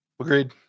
Agreed